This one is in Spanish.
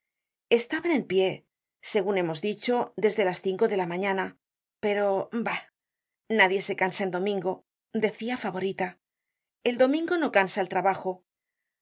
estaban en pie segun hemos dicho desde las cinco de la mañana pero bah nadie se cansa el domingo decia favorita el do mingo no cansa el trabajo